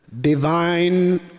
divine